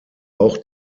auch